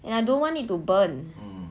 and I don't want it to burn